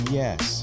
yes